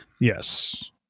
Yes